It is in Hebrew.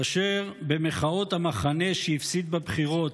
כאשר "המחנה שהפסיד בבחירות"